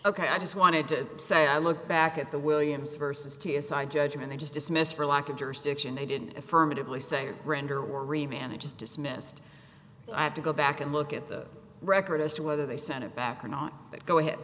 ok i just wanted to say i look back at the williams versus t s i judgment i just dismissed for lack of jurisdiction they didn't affirmatively say render worry bandage is dismissed i have to go back and look at the record as to whether they sent it back or not that go ahead